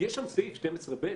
יש שם את סעיף 12(ב),